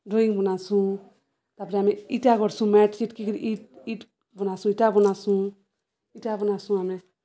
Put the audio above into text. drawing ବନାସୁଁ ତା'ପରେ ଆମେ ଇଟା କରସୁଁ ମ୍ୟାଟ୍ ଇ୍ କିରି ଇଟ୍ ଇଟ୍ ବନାସୁ ଇଟା ବନାସୁଁ ଇଟା ବନାସୁଁ ଆମେ